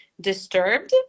disturbed